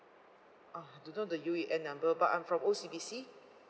ah don't know the U_E_N number but I'm from O_C_B_C